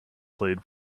played